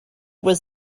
was